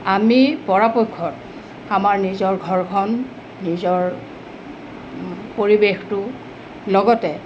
আমি পৰাপক্ষত আমাৰ নিজৰ ঘৰখন নিজৰ পৰিৱেশটো লগতে